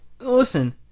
listen